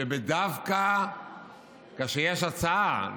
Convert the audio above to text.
שדווקא כאשר יש הצעה,